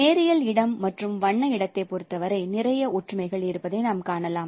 நேரியல் இடம் மற்றும் வண்ண இடத்தைப் பொறுத்தவரை நிறைய ஒற்றுமைகள் இருப்பதை நாம் காணலாம்